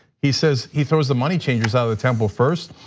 he says, he throws the money changers out of the temple first.